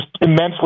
immensely